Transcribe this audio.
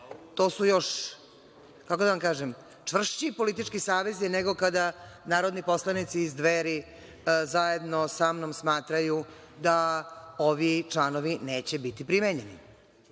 To su još čvršći politički savezi nego kada narodni poslanici iz Dveri zajedno sa mnom smatraju da ovi članom neće biti primenjeni,